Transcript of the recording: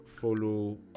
follow